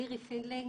לירי פינדלינג,